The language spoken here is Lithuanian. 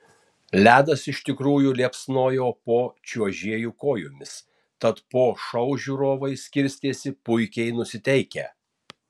ledas iš tikrųjų liepsnojo po čiuožėjų kojomis tad po šou žiūrovai skirstėsi puikiai nusiteikę